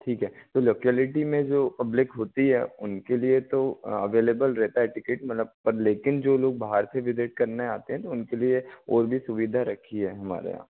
ठीक है तो लोकेलिटी में जो पब्लिक होती है उनके लिए तो अवेलेबल रहता है टिकट मतलब पर लेकिन जो लोग बाहर से विज़िट करने आते हैं तो उनके लिए और भी सुविधा रखी है हमारे यहाँ